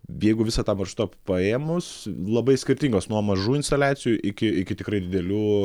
jeigu visą tą maršrutą paėmus labai skirtingos nuo mažų instaliacijų iki iki tikrai didelių